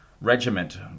regiment